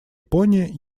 япония